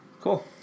cool